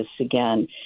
again